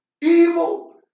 evil